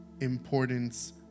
importance